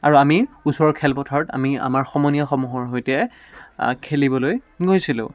আৰু আমি ওচৰৰ খেলপথাৰত আমি আমাৰ সমনীয়াসমূহৰ সৈতে খেলিবলৈ গৈছিলোঁ